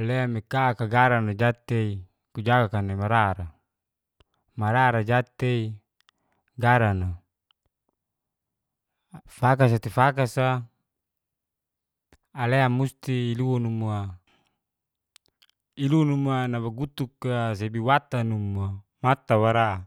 Alea mika'ka garan'te jat'te kujagakan'e mara'ra, mara'ra jat'te garan'a fagasete fagasa, alea musti luwunumua iluluma nabagutuk'a sebi watanum'a mat'awara.